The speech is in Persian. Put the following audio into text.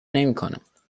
نمیکنند